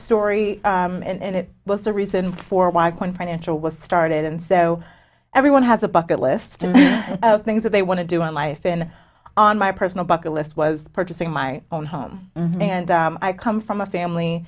story and it was the reason for why i can financial was started and so everyone has a bucket list of things that they want to do in life in on my personal bucket list was purchasing my own home and i come from a family